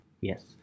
Yes